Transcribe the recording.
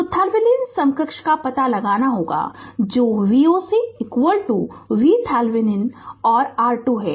Refer Slide Time 0413 तो Thevenin समकक्ष का पता लगाना होगा जो Voc VThevenin और R2 है